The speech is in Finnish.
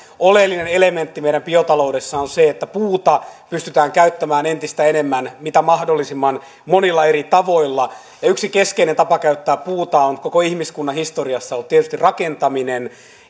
oleellinen elementti meidän biotaloudessa on se että puuta pystytään käyttämään entistä enemmän mahdollisimman monilla eri tavoilla yksi keskeinen tapa käyttää puuta on koko ihmiskunnan historiassa ollut tietysti rakentaminen